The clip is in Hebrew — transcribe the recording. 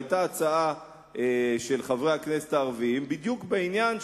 היתה הצעה של חברי הכנסת הערבים בדיוק בעניין,